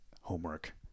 Homework